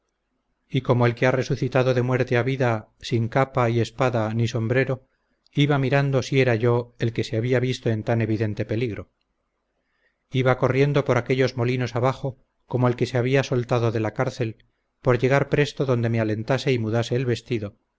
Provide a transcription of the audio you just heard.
y como el que ha resucitado de muerte a vida sin capa y espada ni sombrero iba mirando si era yo el que se había visto en tan evidente peligro iba corriendo por aquellos molinos abajo como el que se había soltado de la cárcel por llegar presto donde me alentase y mudase el vestido